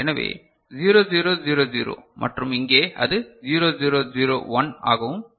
எனவே 0 0 0 0 மற்றும் இங்கே அது 0 0 0 1 ஆக இருக்க வேண்டும்